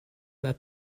that